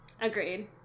Agreed